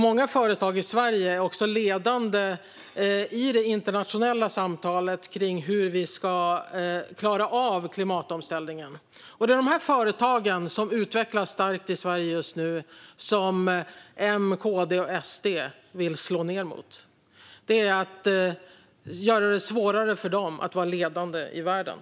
Många företag i Sverige är också ledande i det internationella samtalet kring hur vi ska klara av klimatomställningen. Det är dessa företag, som utvecklas starkt i Sverige just nu, som M, KD och SD vill slå mot. Det är att göra det svårare för dem att vara ledande i världen.